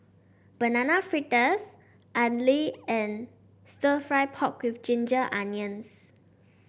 Banana Fritters idly and stir fry pork with Ginger Onions